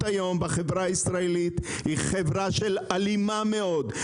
היום בחברה הישראלית היא שהיא חברה אלימה מאוד.